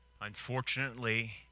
Unfortunately